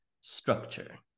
structure